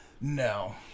No